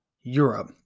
Europe